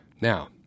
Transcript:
Now